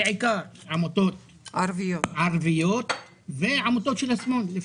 בעיקר עמותות ערביות ועמותות שמאל.